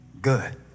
good